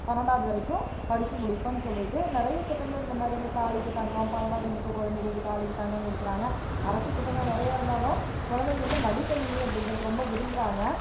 பன்னெண்டாவது வரைக்கும் படித்து முடிப்பேன் சொல்லிட்டு நிறைய திட்டங்கள் இந்தமாதிரிங்க தாலிக்கு தங்கம் பன்னெண்டாவது முடித்த குழந்தைங்களுக்கு தாலிக்கு தங்கம் கொடுக்குறாங்க அரசு திட்டங்கள் நிறையா இருந்தாலும் கொழந்தைக வந்து மடிக்கணினி அப்படிங்கிறது ரொம்ப விரும்புகிறாங்க